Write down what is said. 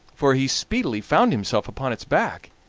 for he speedily found himself upon its back,